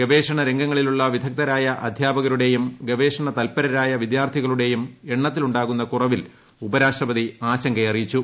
ഗവേഷണ രംഗങ്ങളിലുള്ള വിദഗ്ദ്ധരായ അധ്യാപകരുടേയും ഗവേഷണ തൽപരരായ വിദ്യാർത്ഥിക ളുടെയും എണ്ണത്തിലുണ്ടാകുന്ന കുറവിൽ ഉപരാഷ്ട്രപതി ആശങ്ക അറിയിച്ചു